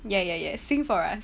ya ya ya sing for us